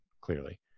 clearly